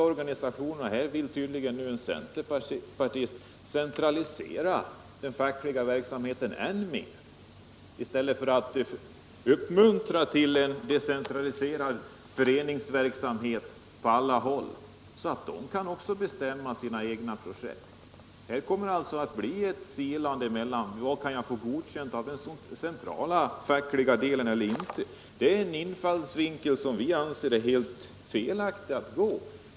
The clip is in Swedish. Men här vill tydligen en centerpartist centralisera den fackliga verksamheten ännu mer, i stället för att uppmuntra till en decentraliserad verksamhet på alla håll så att man kan bestämma om sina egna projekt. Då kan det ju bli ett alldeles speciellt problem vad man kan eller inte kan få godkänt av den centrala fackliga organisationen. Det är en infallsvinkel som vi anser vara helt felaktig.